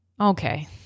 okay